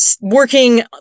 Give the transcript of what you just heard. working